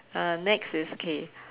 uh next is okay